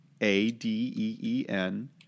A-D-E-E-N